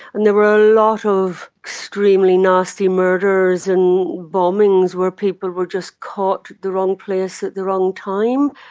and there were a lot of extremely nasty murders and bombings where people were just caught the wrong place at the wrong time.